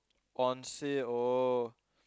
on sale oh